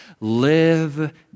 Live